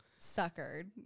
Suckered